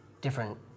different